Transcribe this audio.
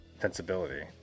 sensibility